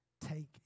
take